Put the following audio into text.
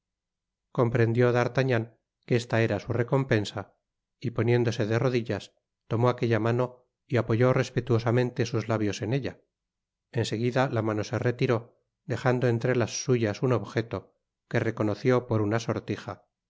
comprendió d'artagnan que esta era su recompensa y poniéndose de rodillas tomó aquella mano y apoyó respetuosamente sus labios en ella en seguida la mano se retiró dejando entre las suyas un objeto que reconoció por una sortija